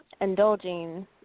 Indulging